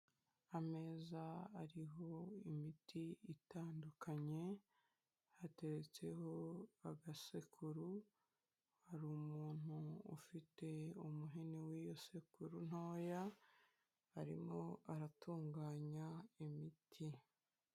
Ameza ariho imiti itandukanye, hateretseho agasekuru, haru umuntu ufite umuhini w'iyo sekuru ntoya arimo aratunganya imiti.